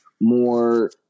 more